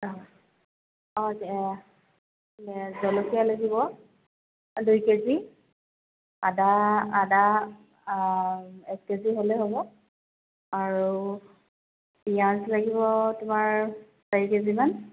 অঁ জলকীয়া লাগিব দুই কে জি আদা আদা এক কে জি হ'লেই হ'ব আৰু পিয়াঁজ লাগিব তোমাৰ চাৰি কেজিমান